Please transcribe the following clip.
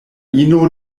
ino